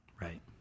Right